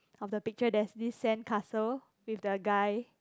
of the picture there's this sandcastle with the guy